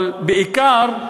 אבל בעיקר,